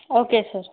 okay sir